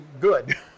good